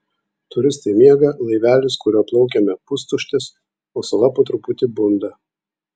turistai miega laivelis kuriuo plaukėme pustuštis o sala po truputį bunda